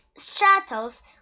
shuttles